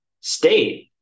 state